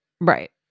Right